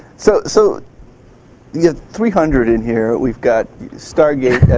so so yeah three hundred in here. we've got stargate